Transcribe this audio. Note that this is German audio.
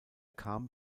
kam